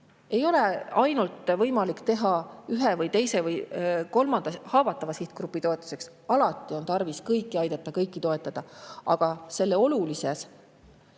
Ei ole ainult võimalik teha [kampaaniaid] ühe, teise või kolmanda haavatava sihtgrupi toetuseks – alati on tarvis kõiki aidata, kõiki toetada –, aga sellele olulisele